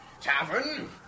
tavern